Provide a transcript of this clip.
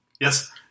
Yes